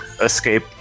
escape